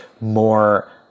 more